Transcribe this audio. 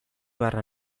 beharra